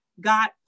God